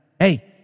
Hey